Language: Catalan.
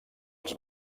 els